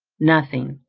nothing!